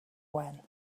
when